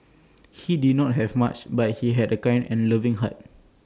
he did not have much but he had A kind and loving heart